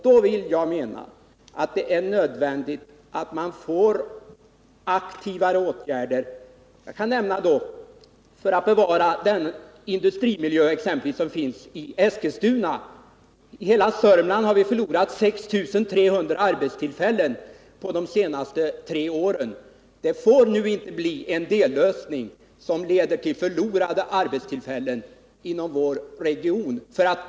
Då menar jag att det är nödvändigt att få mer aktiva åtgärder, exempelvis för att bevara den industrimiljö som finns i Eskilstuna. I hela Sörmland har vi förlorat 6 300 arbetstillfällen under de senaste tre åren. Det får nu inte bli en dellösning som leder till förlorade arbetstillfällen inom vår region.